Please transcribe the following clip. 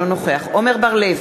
אינו נוכח עמר בר-לב,